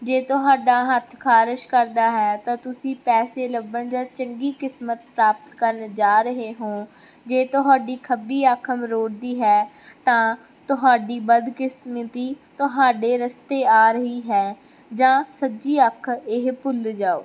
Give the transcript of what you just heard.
ਜੇ ਤੁਹਾਡਾ ਹੱਥ ਖਾਰਸ਼ ਕਰਦਾ ਹੈ ਤਾਂ ਤੁਸੀਂ ਪੈਸੇ ਲੱਭਣ ਜਾਂ ਚੰਗੀ ਕਿਸਮਤ ਪ੍ਰਾਪਤ ਕਰਨ ਜਾ ਰਹੇ ਹੋ ਜੇ ਤੁਹਾਡੀ ਖੱਬੀ ਅੱਖਰ ਮਰੋੜਦੀ ਹੈ ਤਾਂ ਤੁਹਾਡੀ ਬਦਕਿਸਮਤੀ ਤੁਹਾਡੇ ਰਸਤੇ ਆ ਰਹੀ ਹੈ ਜਾਂ ਸੱਜੀ ਅੱਖ ਇਹ ਭੁੱਲ ਜਾਓ